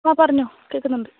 ആ പറഞ്ഞോ കേള്ക്കുന്നുണ്ട്